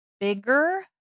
bigger